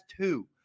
two